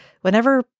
Whenever